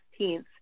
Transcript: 16th